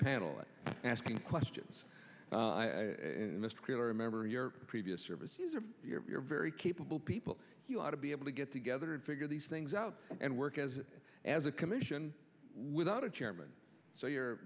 panel asking questions mr keillor remember your previous services or your very capable people you ought to be able to get together and figure these things out and work as as a commission without a chairman so you're